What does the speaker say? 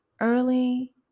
Early